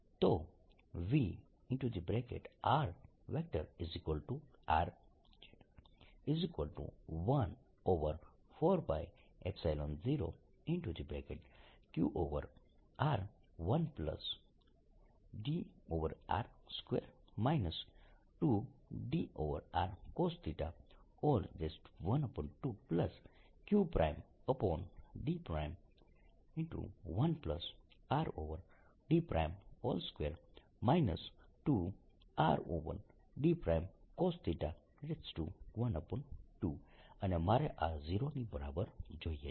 તો v rR 140qR1dR2 2dRcosθ12qd1Rd2 2 Rdcosθ12 અને મારે આ 0 ની બરાબર જોઈએ છે